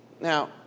Now